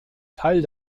teil